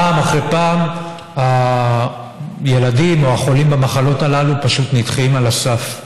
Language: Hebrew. פעם אחר פעם הילדים או החולים במחלות הללו פשוט נדחים על הסף.